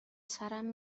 سرم